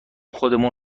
خودمون